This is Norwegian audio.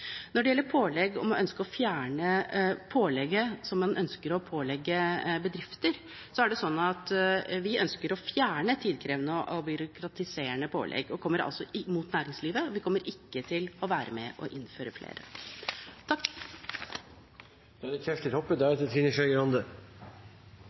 Når det gjelder krav som man ønsker å pålegge bedrifter, er det sånn at vi ønsker å fjerne tidkrevende og byråkratiserende pålegg rettet mot næringslivet, og vi kommer ikke til å være med på å innføre flere.